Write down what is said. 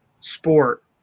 sport